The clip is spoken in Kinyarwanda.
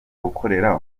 ukorera